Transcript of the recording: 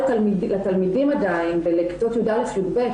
זה לא מספיק,